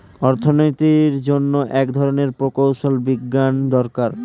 অর্থনীতির জন্য এক ধরনের প্রকৌশল বিজ্ঞান দরকার